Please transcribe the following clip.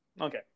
Okay